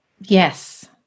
Yes